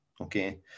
Okay